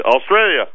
Australia